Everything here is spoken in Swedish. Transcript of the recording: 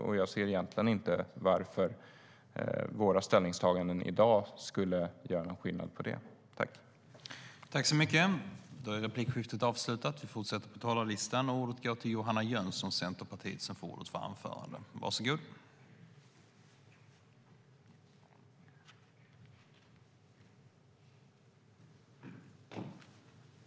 Och jag ser egentligen inte varför våra ställningstaganden i dag skulle göra någon skillnad när det gäller det.